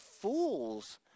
fools